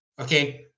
Okay